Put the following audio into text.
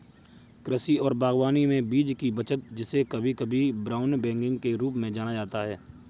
कृषि और बागवानी में बीज की बचत जिसे कभी कभी ब्राउन बैगिंग के रूप में जाना जाता है